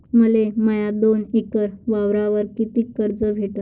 मले माया दोन एकर वावरावर कितीक कर्ज भेटन?